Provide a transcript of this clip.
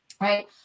Right